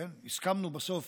הסכמנו בסוף